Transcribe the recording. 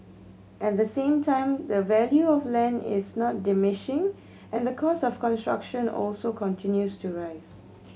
at the same time the value of land is not diminishing and the cost of construction also continues to rise